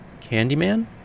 Candyman